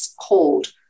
called